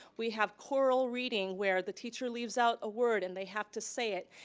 we have choral reading, where the teacher leaves out a word and they have to say it,